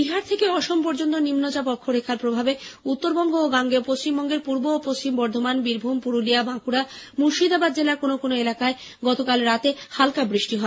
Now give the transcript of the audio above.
বিহার থেকে অসম পর্যন্ত অক্ষরেখার প্রভাবে উত্তরবঙ্গ ও গাঙ্গেয় পশ্চিমবঙ্গের পূর্ব ও পশ্চিম বর্ধমান বীরভূম পুরুলিয়া বাঁকুড়া মুর্শিদাবাদ জেলার কোন কোন এলাকায় গতকাল রাতে হালকা বৃষ্টি হয়